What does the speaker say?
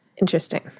Interesting